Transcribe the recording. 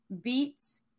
beets